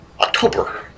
October